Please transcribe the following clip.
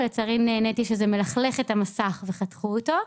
ולצערי נעניתי שזה מלכלך את המסך וחתכו אותו.